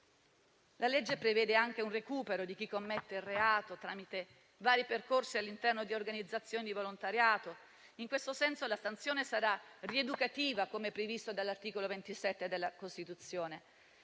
La legge prevede anche un recupero di chi commette il reato tramite vari percorsi all'interno di organizzazioni di volontariato. In questo senso la sanzione sarà rieducativa, come previsto dall'articolo 27 della Costituzione.